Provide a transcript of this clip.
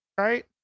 right